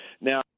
Now